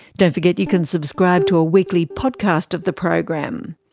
don't forget you can subscribe to a weekly podcast of the program,